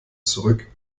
zurück